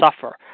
suffer